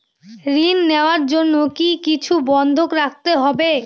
ঋণ নেওয়ার জন্য কি কিছু বন্ধক রাখতে হবে?